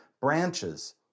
branches